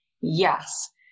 Yes